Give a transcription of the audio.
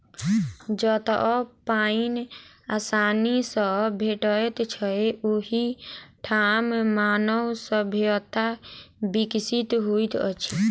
जतअ पाइन आसानी सॅ भेटैत छै, ओहि ठाम मानव सभ्यता विकसित होइत अछि